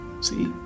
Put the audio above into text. See